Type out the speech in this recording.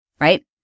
right